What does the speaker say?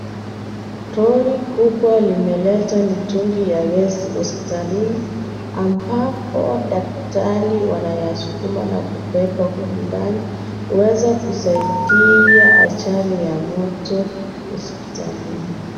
Lori kubwa limeleta mitungi ya gesi hospitalini ambapo daktari wanayasukuma na kuweka humu ndani. Huweza kusaidia ajali ya Moto hospitalini.